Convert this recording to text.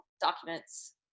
documents